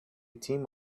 team